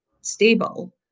stable